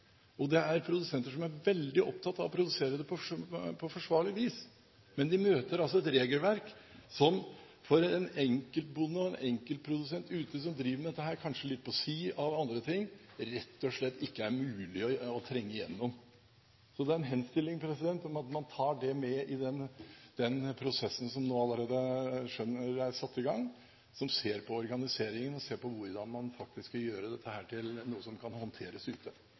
og det er produsenter som er veldig opptatt av å produsere på forsvarlig vis. Men de møter altså et regelverk som for en enkelt bonde og en enkeltprodusent ute som driver med dette – kanskje litt på siden av andre ting – rett og slett ikke er mulig å trenge igjennom. Det er en henstilling om at man tar det med i den prosessen som jeg skjønner allerede er satt i gang, at man ser på organiseringen og hvordan man skal gjøre dette til noe som kan håndteres ute.